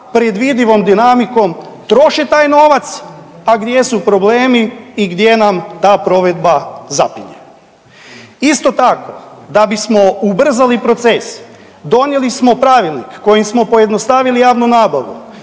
predvidivom dinamikom troše taj novac, a gdje su problemi i gdje nam ta provedba zapinje. Isto tako da bismo ubrzali proces donijeli smo pravilnik kojim smo pojednostavili javnu nabavu,